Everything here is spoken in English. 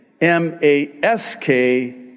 M-A-S-K